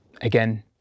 again